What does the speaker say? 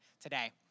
today